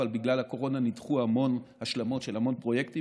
אבל בגלל הקורונה נדחו המון השלמות של המון פרויקטים,